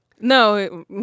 no